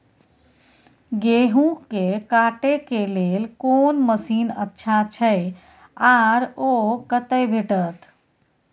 गेहूं के काटे के लेल कोन मसीन अच्छा छै आर ओ कतय भेटत?